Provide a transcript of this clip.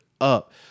up